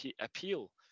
appeal